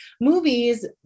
Movies